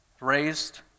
raised